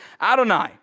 Adonai